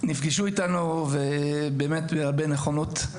נפגשו איתנו עם הרבה נכונות.